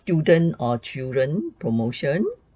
students or children promotion